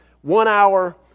one-hour